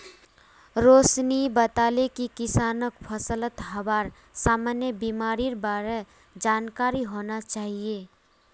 रोशिनी बताले कि किसानक फलत हबार सामान्य बीमारिर बार जानकारी होना चाहिए